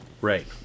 Right